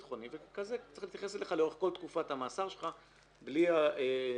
וככזה צריך להתייחס אליך לאורך כל תקופת המאסר שלך בלי השינויים.